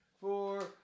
four